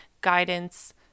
guidance